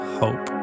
hope